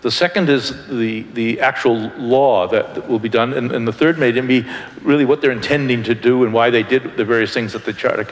the second is the actual law that will be done and the third made them be really what they're intending to do and why they did the various things that the